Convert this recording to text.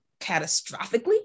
catastrophically